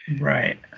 right